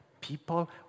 People